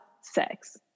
sex